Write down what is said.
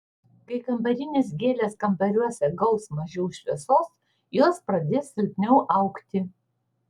kai kambarinės gėlės kambariuose gaus mažiau šviesos jos pradės silpniau augti